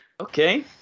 Okay